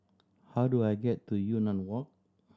how do I get to Yunnan Walk